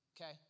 okay